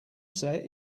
set